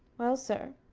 well, sir,